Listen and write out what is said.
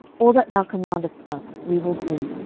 all that thou commandest us we will do,